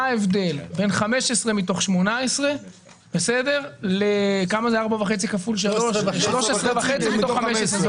ההבדל בין 15 מתוך 18 ל-13.5 מתוך 15?